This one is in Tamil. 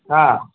ஆ